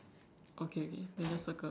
okay okay then just circle